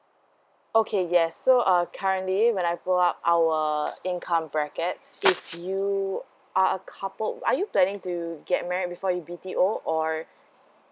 okay yes so err currently when I pull out our incomes brackets if you are a couples are you planning to get married before your B_T_O or